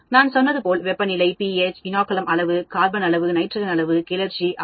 நான் சொன்னது போல் வெப்பநிலை pH இனோகுலம் அளவு கார்பன்அளவு நைட்ரஜன் அளவு கிளர்ச்சி ஆர்